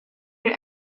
here